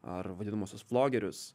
ar vadinamuosius flogerius